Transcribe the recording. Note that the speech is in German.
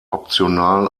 optional